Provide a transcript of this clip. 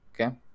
okay